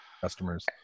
customers